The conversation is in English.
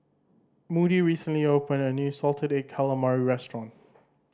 Moody recently opened a new salted egg calamari restaurant